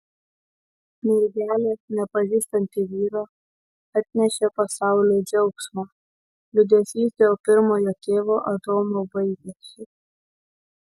mergelė nepažįstanti vyro atnešė pasauliui džiaugsmą liūdesys dėl pirmojo tėvo adomo baigėsi